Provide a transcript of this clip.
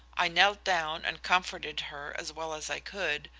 i knelt down and comforted her as well as i could,